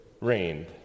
reigned